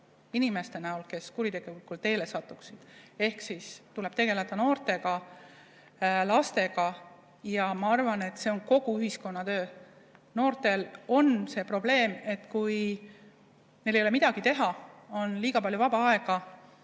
inimeste näol, kes kuritegelikule teele satuvad. Ehk siis tuleb tegeleda noortega, lastega. Ja ma arvan, et see on kogu ühiskonna töö. Noortel on see probleem, et kui neil ei ole midagi teha, on liiga palju vaba aega,